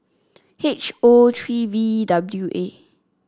H O three V W A